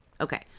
Okay